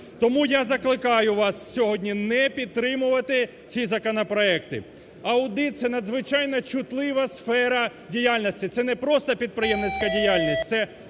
Тому я закликаю вас сьогодні не підтримувати ці законопроекти. Аудит – це надзвичайно чутлива сфера діяльності. Це не просто підприємницька діяльність, це